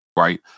Right